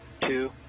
two